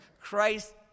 Christ